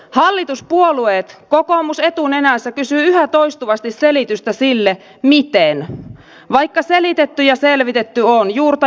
hallituspuolueet kokoomus etunenässä kysyvät yhä toistuvasti selitystä sille miten vaikka selitetty ja selvitetty on juurta jaksaen